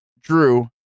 Drew